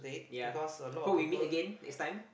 ya hope we meet again next time